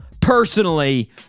Personally